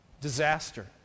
Disaster